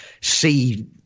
see –